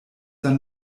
dann